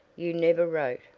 you never wrote,